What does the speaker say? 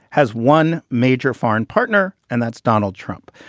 has one major foreign partner, and that's donald trump.